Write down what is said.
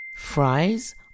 Fries